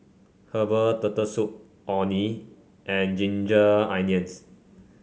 Herbal Turtle Soup Orh Nee and Ginger Onions